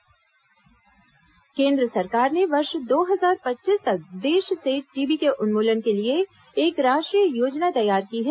केन्द्र सरकार टीबी केन्द्र सरकार ने वर्ष दो हजार पच्चीस तक देश से टीबी के उन्मूलन के लिए एक राष्ट्रीय योजना तैयार की है